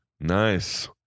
Nice